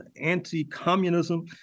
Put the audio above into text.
anti-communism